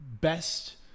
best